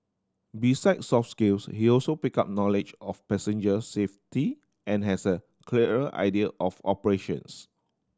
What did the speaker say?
besides soft skills he also picked up knowledge of passenger safety and has a clearer idea of operations